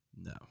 No